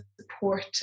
support